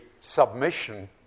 submission